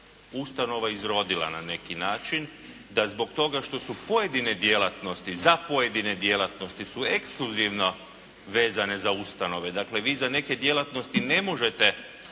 ustanova izrodila na neki način, da zbog toga što su pojedine djelatnosti, za pojedine djelatnosti su ekskluzivno vezane za ustanove, dakle, vi za neke djelatnosti ne možete